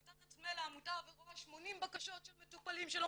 פותחת את מייל העמותה ורואה 80 בקשות של מטופלים שלא